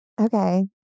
Okay